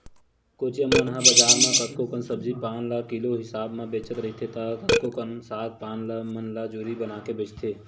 कोचिया मन ह बजार त कतको कन सब्जी पान ल किलो हिसाब म बेचत रहिथे त कतको कन साग पान मन ल जूरी बनाके बेंचथे